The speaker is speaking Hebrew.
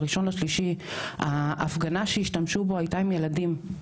באחד במרץ, ההפגנה שהשתמשו בו, הייתה עם ילדים.